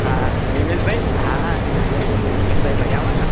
હા નિમેશભઇ હા ધ્રુવીલભાઈ બોલુ નિમેશભાઈ મજામા ન